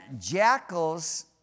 jackals